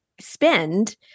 spend